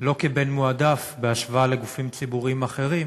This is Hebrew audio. לא כבן מועדף בהשוואה לגופים ציבוריים אחרים